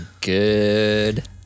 good